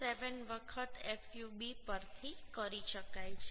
7 વખત fub પરથી કરી શકાય છે